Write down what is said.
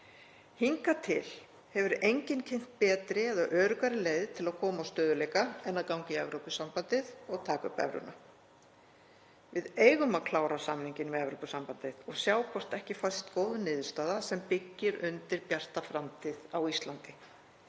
Hingað til hefur enginn kynnt betri eða öruggari leið til að koma á stöðugleika en að ganga í Evrópusambandið og taka upp evruna. Við eigum að klára samninginn við Evrópusambandið og sjá hvort ekki fæst góð niðurstaða sem byggir undir bjarta framtíð á Íslandi.